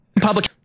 public